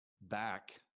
back